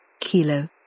Kilo